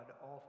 God